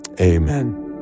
Amen